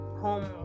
home